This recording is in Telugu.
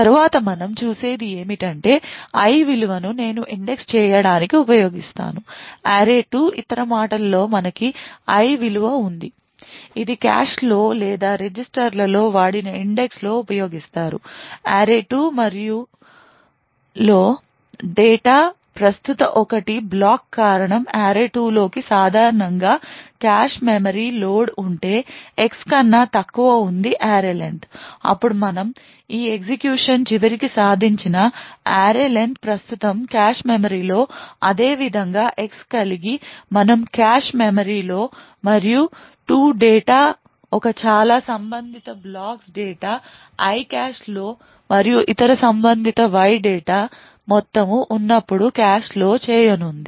తరువాత మనం చూసేది ఏమిటంటే I విలువను నేను ఇండెక్స్ చేయడానికి ఉపయోగిస్తాను array2 ఇతర మాటలలో మనకు I విలువ ఉంది ఇది కాష్లో లేదా రిజిస్టర్లో వాడిన ఇండెక్స్ లో ఉపయోగిస్తారు array2 మరియులో డేటా ప్రస్తుత ఒకటి బ్లాక్ కారణం array2 లోకి సాధారణంగా కాష్ మెమరీ లోడ్ ఉంటే X కన్నా తక్కువ ఉంది array len అప్పుడు మనం ఈ ఎగ్జిక్యూషన్ చివరికి సాధించిన array len ప్రస్తుతం కాష్ మెమరీ లో అదేవిధంగా X కలిగి మనము కాష్ మెమరీ మరియు 2 డేటా ఒక చాలా సంబంధిత బ్లాక్స్ డేటా I కాష్ లో మరియు ఇతర సంబంధిత Y డేటా మొత్తము ఉన్నప్పుడు కాష్ లో చేయనుంది